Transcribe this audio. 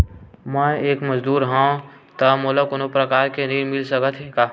मैं एक मजदूर हंव त मोला कोनो प्रकार के ऋण मिल सकत हे का?